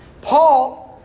Paul